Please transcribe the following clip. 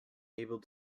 able